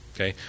Okay